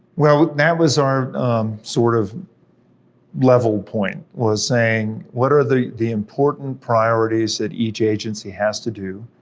well, that was our sort of level point, was saying what are the the important priorities that each agency has to do,